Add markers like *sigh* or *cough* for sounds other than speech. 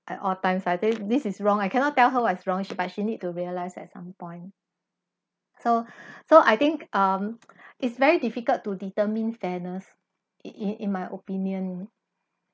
at all times I tell you this is wrong I cannot tell her what is wrong but she needs to realise at some point so *breath* so I think um *noise* it's very difficult to determine fairness in in my opinion